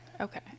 Okay